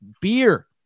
beer